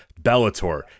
Bellator